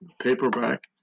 paperback